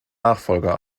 nachfolger